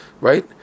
right